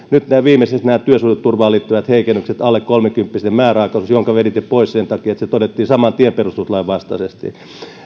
ja nyt nämä viimeiset työsuhdeturvaan liittyvät heikennykset alle kolmekymppisten määräaikaisuuden veditte pois sen takia että se todettiin saman tien perustuslain vastaiseksi